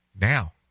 now